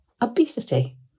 obesity